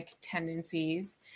Tendencies